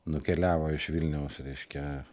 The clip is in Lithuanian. nukeliavo iš vilniaus reiškia